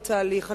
לתהליך.